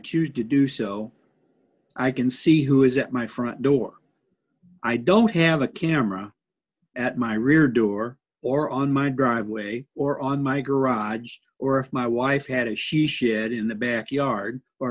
choose to do so i can see who is at my front door i don't have a camera at my rear door or on my driveway or on my garage or if my wife had it she said in the backyard or